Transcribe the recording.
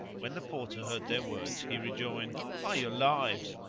when the porter heard their words he rejoined, by your lives!